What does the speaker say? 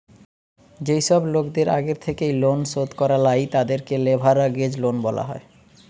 যেই সব লোকদের আগের থেকেই লোন শোধ করা লাই, তাদেরকে লেভেরাগেজ লোন বলা হয়